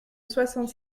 soixante